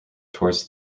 towards